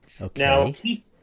Okay